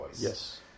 yes